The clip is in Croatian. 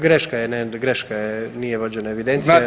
Greška je, ne, greška je, nije vođena evidencija…